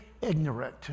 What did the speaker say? ignorant